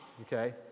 Okay